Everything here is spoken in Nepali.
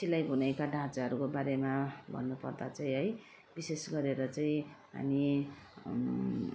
सिलाइ बुनाइका ढाँचाहरूको बारेमा भन्नु पर्दा चाहिँ है विशेष गरेर चाहिँ अनि